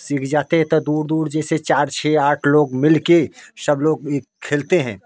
सीख जाते तो दूर दूर जैसे चार छः आठ लोग मिलकर सब लोग ई खेलते हैं